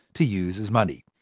to use as money.